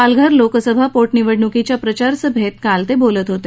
पालघर लोकसभा पोटनिवडणुकीच्या प्रचारासभेत काल ते बोलत होते